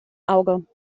auge